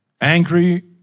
angry